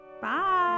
Bye